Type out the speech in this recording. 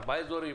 ארבעה אזורים,